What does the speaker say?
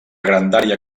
grandària